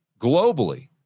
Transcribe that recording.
globally